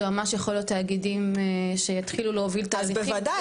זה ממש לכל התאגידים שיתחילו להוביל תהליכים.